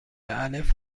الف